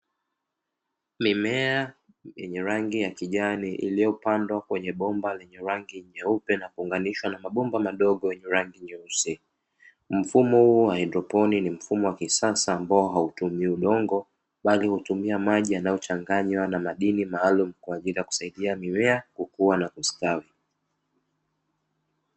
Mimea yenye rangi ya kijani iliyopandwa kwenye bomba lenye rangi nyeupe na kuunganishwa na mabomba madogo yenye rangi nyeusi, mfumo wa haidroponi ni mfumo wa kisasa ambao hautumii udongo bali hutumia maji yaliyochanganywa na madini maalumu kwa ajili ya kusaidia mimea kukua na kustawi.